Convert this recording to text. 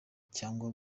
cyangwa